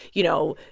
you know,